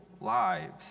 lives